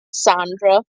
sandra